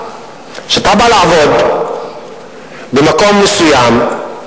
כשאתה בא לעבוד במקום מסוים,